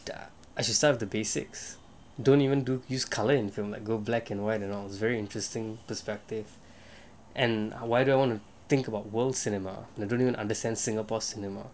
I I should start with the basics don't even do use colour in film like go black and white around it's very interesting to start with and why do I wanna think about world cinema we don't even understand singapore cinema